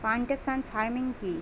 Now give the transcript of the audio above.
Plantation farming কি?